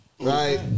Right